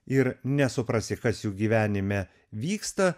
ir nesuprasi kas jų gyvenime vyksta